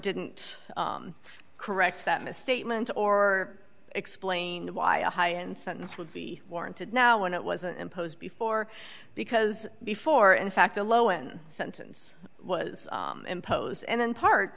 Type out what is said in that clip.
didn't correct that misstatement or explained why a high end sentence would be warranted now when it was an imposed before because before in fact the lowen sentence was imposed and in part